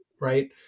Right